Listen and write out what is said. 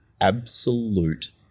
absolute –